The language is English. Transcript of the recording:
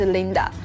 Linda 。